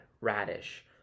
Radish